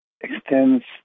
extends